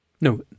No